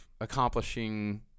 accomplishing